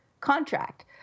contract